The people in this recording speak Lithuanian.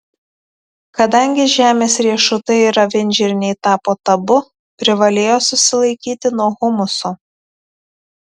kadangi žemės riešutai ir avinžirniai tapo tabu privalėjo susilaikyti nuo humuso